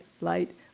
light